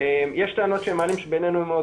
שיש טענות שהם מעלים שבעינינו הן מאוד